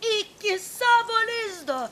iki savo lizdo